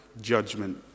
judgment